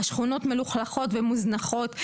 השכונות מלוכלכות ומוזנחות.